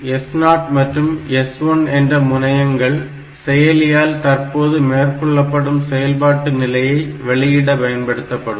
S0 மற்றும் S1 என்ற முனையங்கள் செயலியால் தற்போது மேற்கொள்ளப்படும் செயல்பாட்டு நிலையை வெளியிட பயன்படுத்தப்படும்